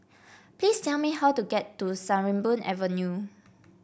please tell me how to get to Sarimbun Avenue